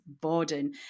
Borden